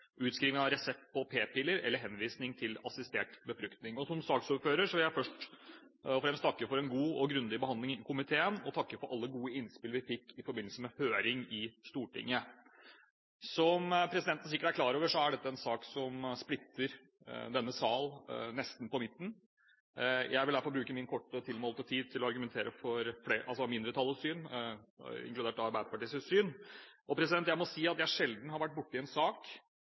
utskriving av resept på p-piller eller henvisning til assistert befruktning. Som saksordfører vil jeg først og fremst snakke for en god og grundig behandling i komiteen og takke for alle gode innspill vi fikk i forbindelse med høring i Stortinget. Som presidenten sikkert er klar over, er dette en sak som splitter denne sal nesten på midten. Jeg vil derfor bruke min korte, tilmålte tid til å argumente for mindretallets syn, inkludert Arbeiderpartiets syn. Jeg må si at jeg sjelden har vært borti en sak